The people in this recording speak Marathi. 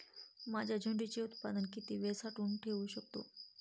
माझे झेंडूचे उत्पादन किती वेळ साठवून ठेवू शकतो?